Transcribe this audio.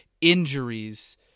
injuries